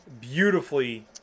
beautifully